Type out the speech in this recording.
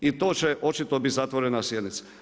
I to će očito biti zatvorena sjednica.